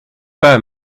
pas